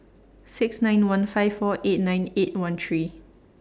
six nine one five four eight nine eight one three